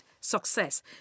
success